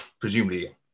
presumably